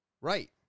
right